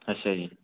ਅੱਛਾ ਜੀ